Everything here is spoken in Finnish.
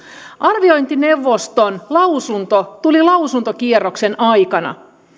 arviointineuvoston lausunto tuli lausuntokierroksen aikana